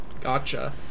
Gotcha